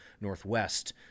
northwest